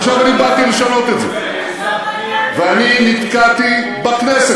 עכשיו אני באתי לשנות את זה ואני נתקעתי בכנסת,